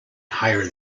higher